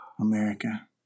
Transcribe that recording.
America